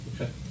Okay